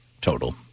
total